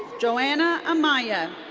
joana amaya.